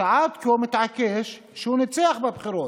שעד כה מתעקש שהוא ניצח בבחירות.